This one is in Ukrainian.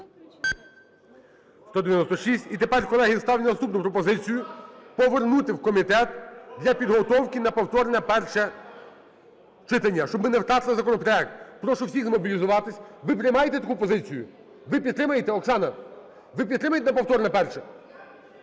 І тепер, колеги, ставлю наступну пропозицію: повернути в комітет для підготовки на повторне перше читання, щоб ми не втратили законопроект. Прошу всіх змобілізуватись. Ви приймаєте таку позицію? Ви підтримуєте, Оксана? Ви підтримуєте на повторне перше?